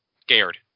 scared